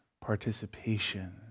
participation